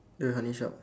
the honey shop